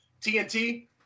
TNT